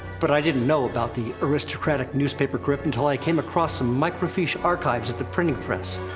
but i didn't know about the aristocratic newspaper grip until i came across microfiche archives at the printing press.